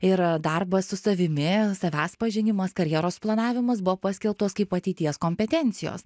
ir darbas su savimi savęs pažinimas karjeros planavimas buvo paskelbtos kaip ateities kompetencijos